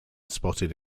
spotted